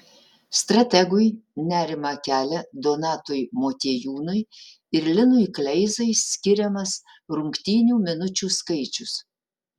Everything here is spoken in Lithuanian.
strategui nerimą kelia donatui motiejūnui ir linui kleizai skiriamas rungtynių minučių skaičius